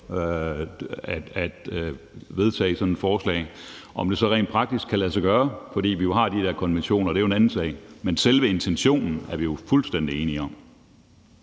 at vedtage sådan et forslag. Om det så rent praktisk kan lade sig gøre, fordi vi jo har de der konventioner, er en anden sag. Men selve intentionen er vi fuldstændig enige om.